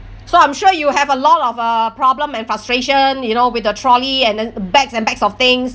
so I'm sure you have a lot of uh problem and frustration you know with the trolley and then bags and bags of things